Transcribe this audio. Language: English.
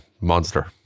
monster